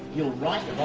you're right!